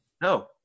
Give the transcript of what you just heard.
No